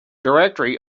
directory